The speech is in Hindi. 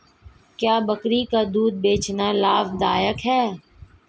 क्या बकरी का दूध बेचना लाभदायक है?